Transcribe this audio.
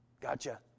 Gotcha